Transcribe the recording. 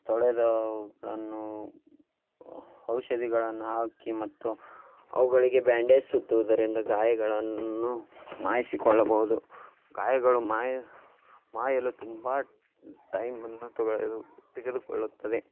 ತೊಳೆದು ಅವುಗಳನ್ನು ಔಷಧಿಗಳನ್ನು ಹಾಕಿ ಮತ್ತು ಅವುಗಳಿಗೆ ಬ್ಯಾಂಡೇಜ್ ಸುತ್ತುವುದರಿಂದ ಗಾಯಗಳನ್ನು ಮಾಯಿಸಿಕೊಳ್ಳಬಹುದು ಗಾಯಗಳು ಮಾಯ ಮಾಯಲು ತುಂಬ ಟೈಮನ್ನು ತೊಗೊಳದು ತೆಗೆದುಕೊಳ್ಳುತ್ತದೆ